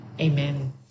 Amen